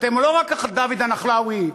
לא רק דוד הנחלאווי,